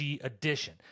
Edition